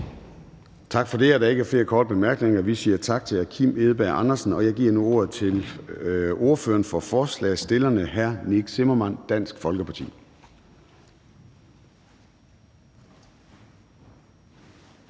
Tak for det. Der er ikke flere korte bemærkninger. Vi siger tak til hr. Kim Edberg Andersen. Jeg giver nu ordet til ordføreren for forslagsstillerne, hr. Nick Zimmermann, Dansk Folkeparti.